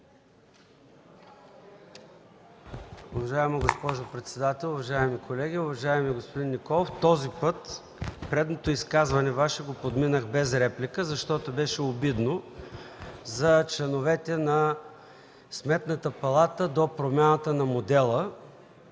Уважаема госпожо председател, уважаеми колеги! Уважаеми господин Николов, предното Ваше изказване го подминах без реплика, защото беше обидно за членовете на Сметната палата до промяната на модела.